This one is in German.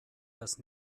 das